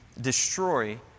destroy